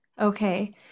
Okay